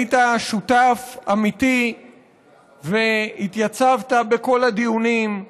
היית שותף אמיתי והתייצבת בכל הדיונים,